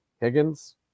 Higgins